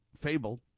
fable